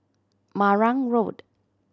Marang Road